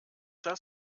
das